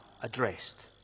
addressed